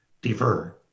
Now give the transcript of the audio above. defer